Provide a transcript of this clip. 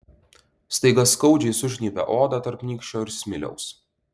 staiga skaudžiai sužnybia odą tarp nykščio ir smiliaus